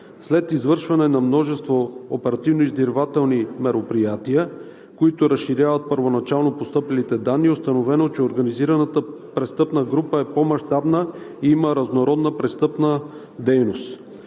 След извършване на множество оперативно-издирвателни мероприятия, които разширяват първоначално постъпилите данни, е установено, че организираната престъпна група е по-мащабна и има разнородна престъпна дейност.